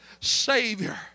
savior